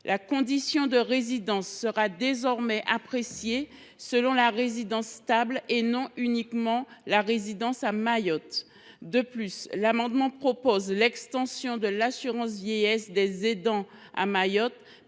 La condition de résidence sera désormais appréciée selon la résidence stable, et non uniquement selon la résidence à Mayotte. De plus, il est proposé d’étendre l’assurance vieillesse des aidants à Mayotte,